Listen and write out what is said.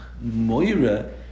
moira